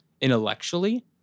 intellectually